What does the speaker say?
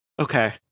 Okay